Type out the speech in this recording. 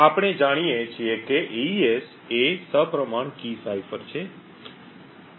આપણે જાણીએ છીએ કે એઇએસ એ સપ્રમાણ કી સાઇફર છે